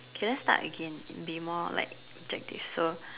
can let start again and be more like objective so